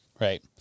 right